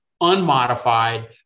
unmodified